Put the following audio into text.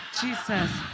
Jesus